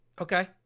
Okay